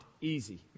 easy